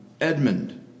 Edmund